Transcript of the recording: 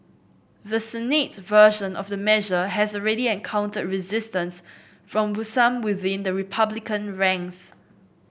the Senate version of the measure has already encountered resistance from with some within the Republican ranks